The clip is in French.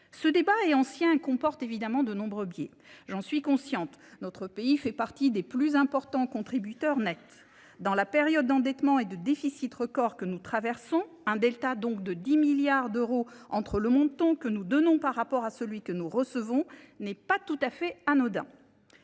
Ce débat est ancien et comporte de nombreux biais, j’en suis consciente. Notre pays fait partie des plus importants contributeurs nets. Dans la période d’endettement et de déficit record que nous traversons, un delta de 10 milliards d’euros entre le montant que nous donnons par rapport à celui que nous recevons n’est pas anodin.